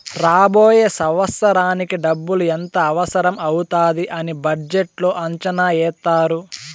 రాబోయే సంవత్సరానికి డబ్బులు ఎంత అవసరం అవుతాది అని బడ్జెట్లో అంచనా ఏత్తారు